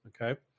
okay